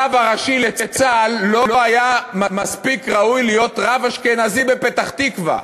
הרב הראשי לצה"ל לא היה מספיק ראוי להיות רב אשכנזי בפתח-תקווה.